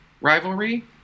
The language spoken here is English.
rivalry